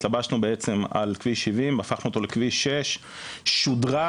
התלבשנו בעצם על כביש 70 והפכנו אותו לכביש 6. שודרג,